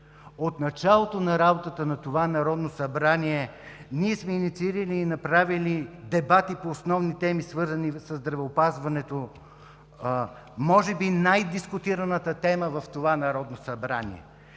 От началото на работата на това Народно събрание ние сме инициирали и направили дебати по основни теми, свързани със здравеопазването – може би най-дискутираната тема в това Народно събрание.